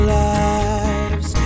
lives